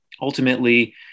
ultimately